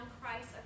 Christ